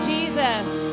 Jesus